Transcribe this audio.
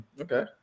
okay